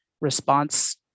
response